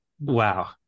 Wow